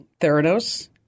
Theranos